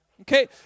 okay